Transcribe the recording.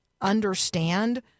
understand